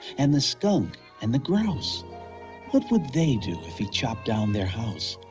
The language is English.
and the skunk and the grouse what would they do if he chopped down their house?